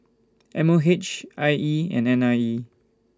M O H I E and N I E